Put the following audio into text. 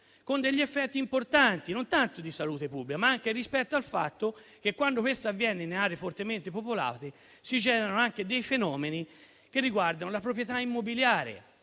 con effetti importanti non tanto di salute pubblica, ma anche rispetto al fatto che, quando questo avviene in aree fortemente popolate, si generano anche fenomeni che riguardano la proprietà immobiliare